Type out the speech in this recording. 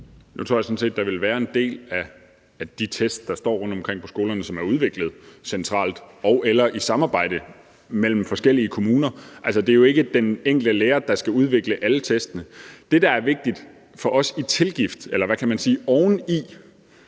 Nu tror jeg sådan set, der ville være en del af de test, der står rundtomkring på skolerne, som er udviklet centralt og/eller i samarbejde mellem forskellige kommuner. Altså, det er jo ikke den enkelte lærer, der skal udvikle alle testene. Det, der er vigtigt for os i tilgift, oveni at man som